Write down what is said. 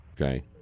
Okay